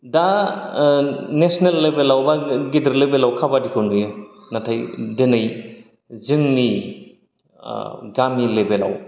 दा ओ नेसनेल लेभेलाव बा गेदेर लेबेलाव खाबादिखौ नुयो नाथाय दोनै जोंनि ओ गामि लेभेलाव